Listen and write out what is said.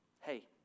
hey